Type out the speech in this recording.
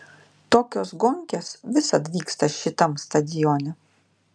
tokios gonkės visad vyksta šitam stadione